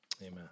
Amen